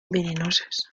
venenosas